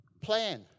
Plan